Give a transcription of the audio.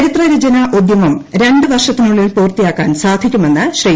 ചരിത്ര രചന ഉദ്യമം രണ്ട് വർഷത്തിനുള്ളിൽ പൂർത്തിയാക്കാൻ സാധിക്കുമെന്ന് ശ്രീ